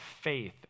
faith